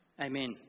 Amen